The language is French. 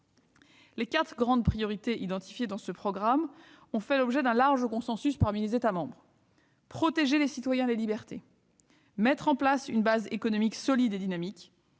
Les quatre grandes priorités identifiées dans ce programme ont fait l'objet d'un large consensus parmi les États membres : protéger les citoyens et les libertés ; mettre en place une base économique solide et dynamique